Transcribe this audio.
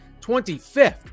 25th